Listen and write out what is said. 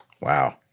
Wow